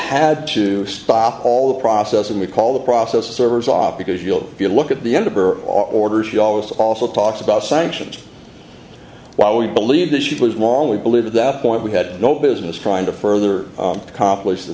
had to stop all the process and we call the process servers off because you'll if you look at the end of her order she always also talks about sanctions while we believe that she was wrongly believe at that point we had no business trying to further accomplish the